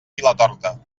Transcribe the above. vilatorta